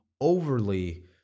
overly